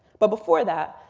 but before that,